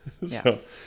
Yes